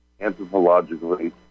anthropologically